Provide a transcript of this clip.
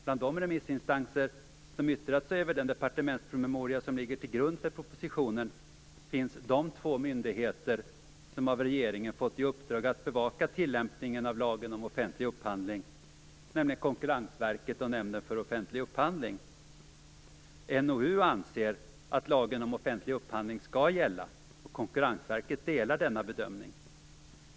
Bland de remissinstanser som yttrat sig över den departementspromemoria som ligger till grund för propositionen finns de två myndigheter som av regeringen fått i uppdrag att bevaka tillämpningen av lagen om offentlig upphandling, nämligen Konkurrensverket och Nämnden för offentlig upphandling, NOU. NOU anser att lagen om offentlig upphandling skall gälla, och Konkurrensverket delar denna bedömning.